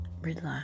relax